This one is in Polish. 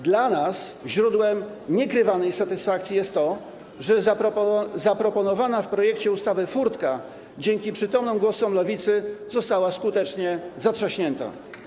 Dla nas źródłem nieskrywanej satysfakcji jest to, że zaproponowana w projekcie ustawy furtka dzięki przytomnym głosom Lewicy została skutecznie zatrzaśnięta.